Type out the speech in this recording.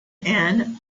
and